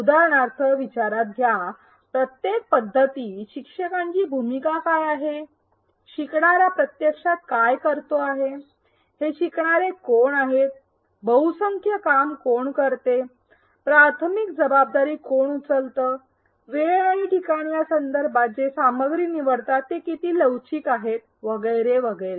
उदाहरणार्थ विचारात घ्या प्रत्येक पध्दतीत शिक्षकांची भूमिका काय आहे शिकणारा प्रत्यक्षात काय करतो आणि हे शिकणारे कोण आहेत बहुसंख्य काम कोण करते प्राथमिक जबाबदारी कोण उचलत वेळ आणि ठिकाण या संदर्भात जे सामग्री निवडतात ते किती लवचिक आहेत वगैरे वगैरे